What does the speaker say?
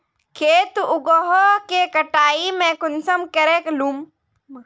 खेत उगोहो के कटाई में कुंसम करे लेमु?